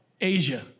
Asia